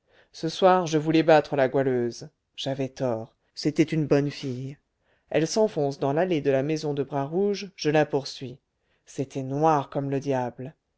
ce soir je voulais battre la goualeuse j'avais tort c'était une bonne fille elle s'enfonce dans l'allée de la maison de bras rouge je la poursuis c'était noir comme le diable